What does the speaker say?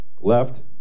left